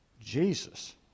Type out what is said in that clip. Jesus